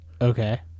Okay